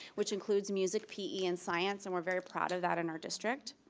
which includes music, p e. and science and we're very proud of that in our district,